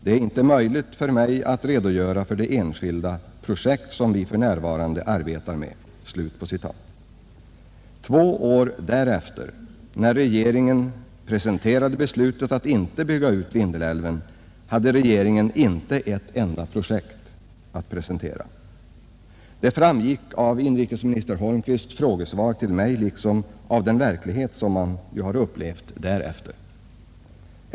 Det är inte möjligt för mig att redogöra för de enskilda projekt som vi för närvarande arbetar med.” — Två år därefter, när regeringen presenterade beslutet att inte bygga ut Vindelälven, hade regeringen inte ett enda projekt att presentera. Det framgick av inrikesminister Holmqvists frågesvar till mig liksom av den verklighet, som vi upplevt därefter.